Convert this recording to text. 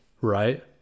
right